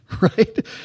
right